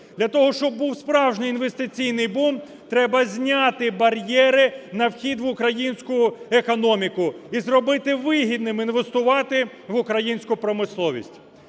Для того, щоб був справжній інвестиційний бум, треба зняти бар'єри на вхід в українську економіку і зробити вигідним інвестувати в українську промисловість.